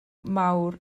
mawr